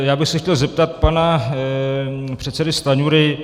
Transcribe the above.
Já bych se chtěl zeptat pana předsedy Stanjury.